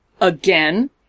again